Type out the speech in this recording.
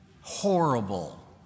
horrible